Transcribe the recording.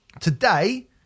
Today